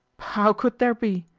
how could there be?